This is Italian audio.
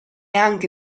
anche